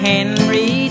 Henry